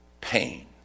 pain